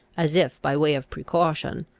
as if by way of precaution,